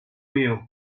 meal